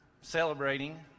celebrating